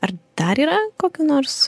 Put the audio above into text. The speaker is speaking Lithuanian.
ar dar yra kokių nors